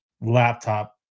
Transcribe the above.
laptop